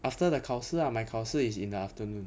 after the 考试 lah my 考试 is in the afternoon